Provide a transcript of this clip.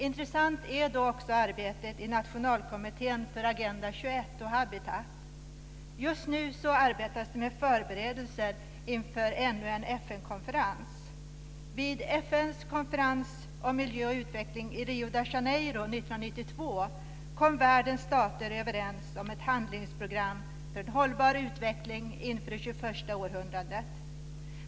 Intressant är också arbetet i Nationalkommittén för Agenda 21 och Just nu arbetas det med förberedelser inför ännu en FN-konferens. Vid FN:s konferens om miljö och utveckling i Rio de Janeiro 1992 kom världens stater överens om ett handlingsprogram för en hållbar utveckling inför det tjugoförsta århundradet.